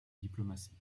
diplomatie